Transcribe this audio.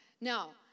Now